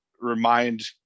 remind